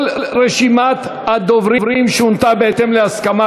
כל רשימת הדוברים שונתה בהתאם להסכמה,